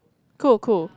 cool cool